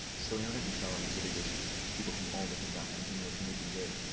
so we know net neutrality is a big issue, with people from all different backgrounds being roped into the debate,